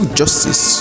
justice